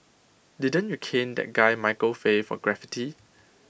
didn't you cane that guy Michael Fay for graffiti